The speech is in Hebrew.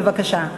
בבקשה.